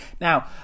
now